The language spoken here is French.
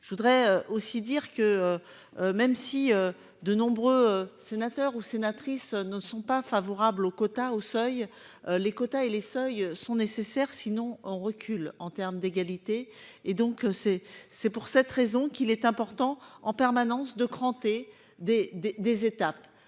Je voudrais aussi dire que. Même si de nombreux sénateurs ou sénatrices ne sont pas favorables au quota au Seuil. Les quotas et les seuils sont nécessaires. Sinon on recule en terme d'égalité et donc c'est, c'est pour cette raison qu'il est important en permanence de cranté des des